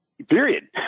Period